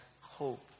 hope